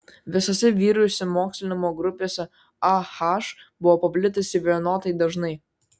visose vyrų išsimokslinimo grupėse ah buvo paplitusi vienodai dažnai